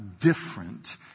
different